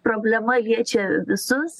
problema liečia visus